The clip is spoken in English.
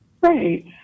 Right